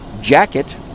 jacket